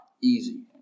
easy